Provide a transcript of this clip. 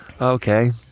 Okay